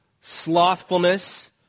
slothfulness